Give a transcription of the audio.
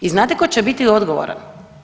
I znate tko će biti odgovoran?